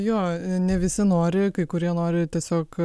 jo ne visi nori kai kurie nori tiesiog